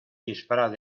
disfraz